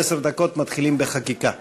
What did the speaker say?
בעוד עשר דקות מתחילים בחקיקה.